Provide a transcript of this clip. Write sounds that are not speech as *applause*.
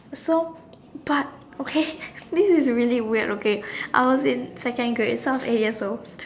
so but okay *laughs* this is really weird okay I was in second grade so I was eight years old